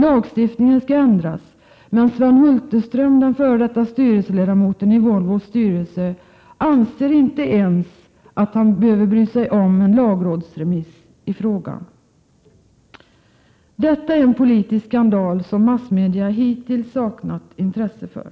Lagstiftningen skall ändras, men Sven Hulterström, den f. d. styrelseledamoten i Volvo, anser inte att han ens behöver bry sig om en lagrådsremiss i frågan. Detta är en politisk skandal som massmedia hittills saknat intresse för.